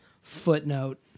footnote